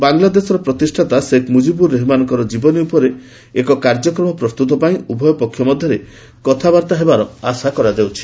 ବାଂଲାଦେଶର ପ୍ରତିଷ୍ଠାତା ଶେଖ୍ ମୁଜିବୁର୍ ରେହମାନଙ୍କ ଜୀବନୀ ଉପରେ ଏକ କାର୍ଯ୍ୟକ୍ରମ ପ୍ରସ୍ତୁତ ପାଇଁ ଉଭୟ ପକ୍ଷ ମଧ୍ୟରେ କଥାବାର୍ତ୍ତା ହେବାର ଆଶା କରାଯାଉଛି